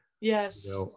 yes